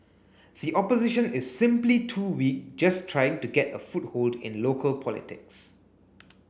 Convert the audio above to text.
the opposition is simply too weak just trying to get a foothold in local politics